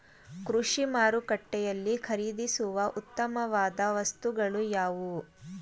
ಕೃಷಿ ಮಾರುಕಟ್ಟೆಯಲ್ಲಿ ಖರೀದಿಸುವ ಉತ್ತಮವಾದ ವಸ್ತುಗಳು ಯಾವುವು?